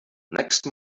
next